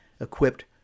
equipped